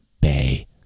Bay